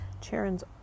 Charon's